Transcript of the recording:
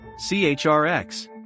chrx